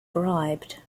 bribed